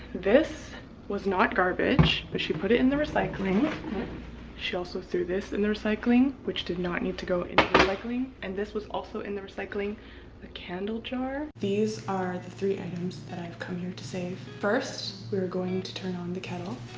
this was not garbage, but she put it in the recycling she also threw this in the recycling which did not need to go into recycling and this was also in the recycling the candle jar. these the three items that i've come here to save. first, we were going to turn on the kettle